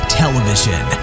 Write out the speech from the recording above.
television